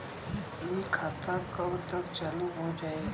इ खाता कब तक चालू हो जाई?